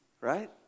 right